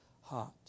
heart